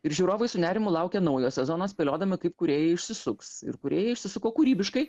ir žiūrovai su nerimu laukė naujo sezono spėliodami kaip kūrėjai išsisuks ir kūrėjai išsisuko kūrybiškai